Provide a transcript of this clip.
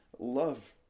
Love